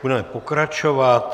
Budeme pokračovat.